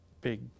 big